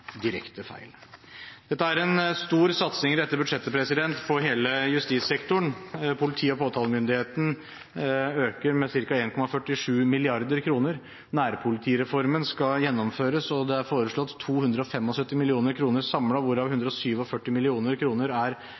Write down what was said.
direkte feil. Det er en stor satsing i budsjettet på hele justissektoren. Politi- og påtalemyndigheten øker med ca. 1,47 mrd. kr, nærpolitireformen skal gjennomføres, og det er foreslått